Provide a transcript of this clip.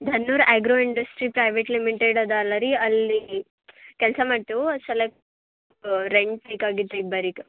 Dhannur agro industries private limited ಅದು ಅಲ್ಲ ರೀ ಅಲ್ಲಿ ಕೆಲಸ ಮಾಡ್ತೇವೆ ಅದ್ರ ಸಲೇಕ ರೆಂಟ್ ಬೇಕಾಗಿತ್ತು ಇಬ್ಬರಿಗೆ